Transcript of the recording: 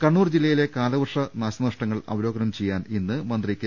കണ്ണൂർ ജില്ലയിലെ കാലവർഷ നാശനഷ്ടങ്ങൾ അവലോ കനം ചെയ്യാൻ ഇന്ന് മന്ത്രി കെ